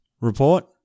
report